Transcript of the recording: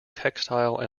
textile